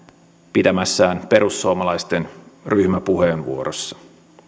pitämässään perussuomalaisten ryhmäpuheenvuorossa